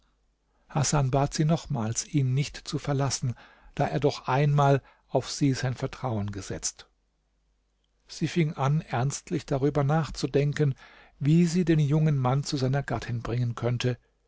hasan bat sie nochmals ihn nicht zu verlassen da er doch einmal auf sie sein vertrauen gesetzt sie fing an ernstlich darüber nachzudenken wie sie den jungen mann zu seiner gattin bringen könnte